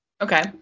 Okay